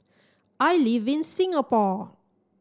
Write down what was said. I live in Singapore